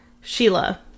sheila